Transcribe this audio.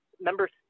members